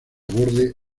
borde